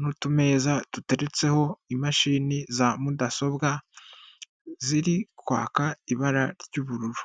n'utumeza duteretseho imashini za mudasobwa ziri kwaka ibara ry'ubururu.